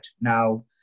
now